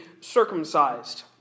circumcised